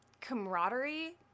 camaraderie